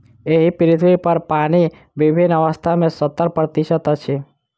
एहि पृथ्वीपर पानि विभिन्न अवस्था मे सत्तर प्रतिशत अछि